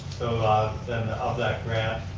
so then of that graph,